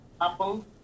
Apple